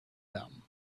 them